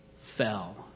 fell